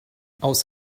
aus